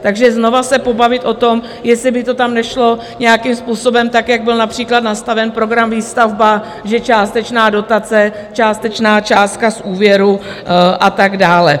Takže znovu se pobavit o tom, jestli by to tam nešlo nějakým způsobem tak, jak byl například nastaven program Výstavba, že částečná dotace, částečná částka z úvěru a tak dále.